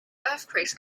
earthquakes